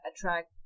attract